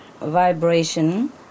vibration